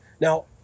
Now